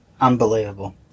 unbelievable